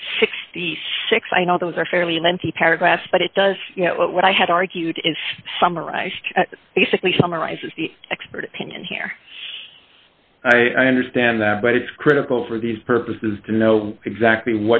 sixty six i know those are fairly lengthy paragraphs but it does what i had argued is summarized basically summarizes the expert opinion here i understand that but it's critical for these purposes to know exactly